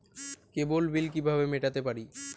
কেবল bill কিভাবে মেটাতে পারি?